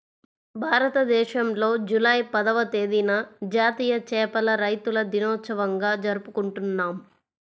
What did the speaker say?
భారతదేశంలో జూలై పదవ తేదీన జాతీయ చేపల రైతుల దినోత్సవంగా జరుపుకుంటున్నాం